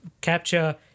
capture